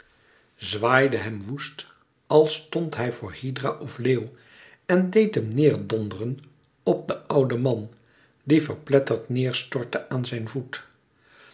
zwaaide hem woest als stond hij voor hydra of leeuw en deed hem neêr donderen op den ouden man die verpletterd neêr stortte aan zijn voet